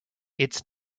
its